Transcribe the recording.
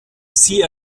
sie